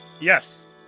yes